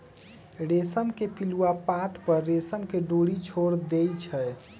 रेशम के पिलुआ पात पर रेशम के डोरी छोर देई छै